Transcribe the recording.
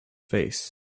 face